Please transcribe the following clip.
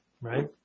right